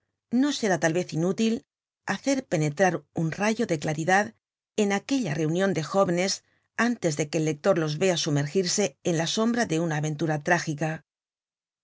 no será tal vez inútil hacer penetrar un rayo de claridad en aquella reunion de jóvenes antes de que el lector los vea sumergirse en la sombra de una aventura trágica